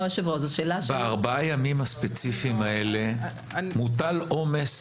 בארבעת הימים הספציפיים האלה מוטל עומס